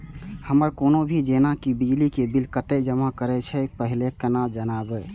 हमर कोनो भी जेना की बिजली के बिल कतैक जमा करे से पहीले केना जानबै?